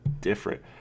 different